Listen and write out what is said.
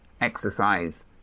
exercise